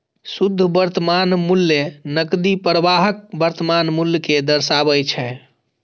शुद्ध वर्तमान मूल्य नकदी प्रवाहक वर्तमान मूल्य कें दर्शाबै छै